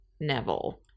Neville